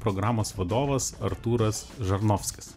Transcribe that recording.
programos vadovas artūras žarnovskis